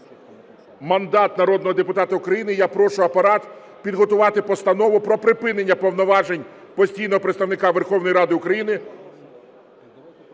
мандат народного депутата України, я прошу Апарат підготувати Постанову про припинення повноважень постійного представника Верховної Ради України